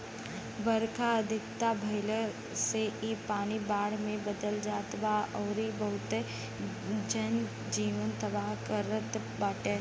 बरखा अधिका भयला से इ पानी बाढ़ में बदल जात बा अउरी बहुते जन जीवन तबाह करत बाटे